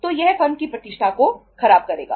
तो यह फर्म की प्रतिष्ठा को खराब करेगा